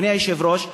אדוני היושב-ראש,